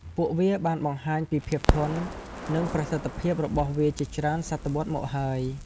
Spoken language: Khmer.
ពួកវាបានបង្ហាញពីភាពធន់ និងប្រសិទ្ធភាពរបស់វាជាច្រើនសតវត្សមកហើយ។